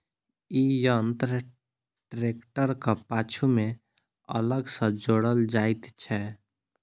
ई यंत्र ट्रेक्टरक पाछू मे अलग सॅ जोड़ल जाइत छै